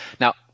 Now